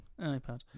iPad